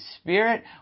Spirit